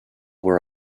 were